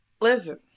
Listen